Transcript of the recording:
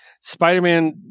Spider-Man